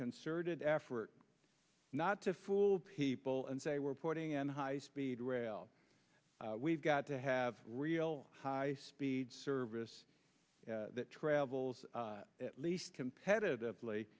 concerted effort not to fool people and say we're putting in high speed rail we've got to have real high speed service that travels at least competitively